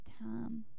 time